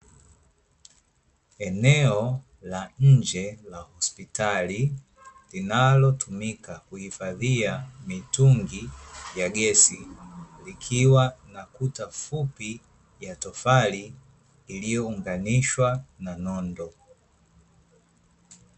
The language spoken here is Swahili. Eneo la nje la hospitali linalotumika kuhifadhia mitungi ya gesi, ikiwa na kuta fupi ya tofali iliyounganishwa na nondo.